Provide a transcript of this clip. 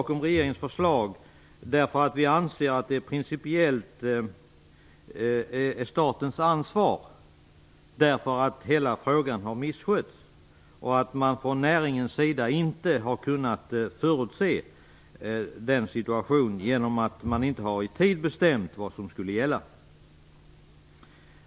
Men vi anser att staten har ett stort ansvar för att insatser görs, enär mjölkproducenterna inte i tid erhöll besked om tilldelad mjölkkvot. De har därför ej heller kunnat ta ansvar för den eventuella överproduktion som hade kunnat bli en följd.